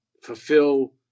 fulfill